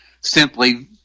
simply